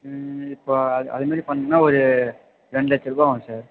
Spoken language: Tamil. ம் இப்போ அதே அதே மாதிரி பண்ணணுன்னால் ஒரு ரெண்டு லட்சம் ரூபா ஆகும் சார்